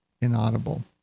inaudible